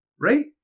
Right